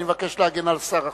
אני מבקש להגן על השר עכשיו.